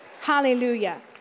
Hallelujah